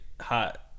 hot